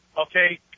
okay